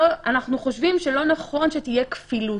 אנחנו חושבים שלא נכון שתהיה כפילות.